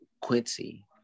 Quincy